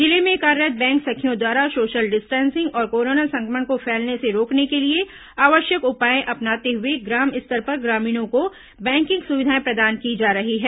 जिले में कार्यरत् बैंक सखियों द्वारा सोशल डिस्टेंसिंग और कोरोना संक्रमण को फैलने से रोकने के लिए आवश्यक उपायें अपनाते हुए ग्राम स्तर पर ग्रामीणों को बैंकिंग सुविधाएं प्रदान की जा रही हैं